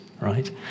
right